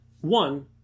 One